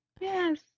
Yes